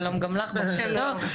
שלום גם לך בוקר טוב,